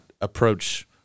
approach